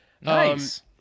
Nice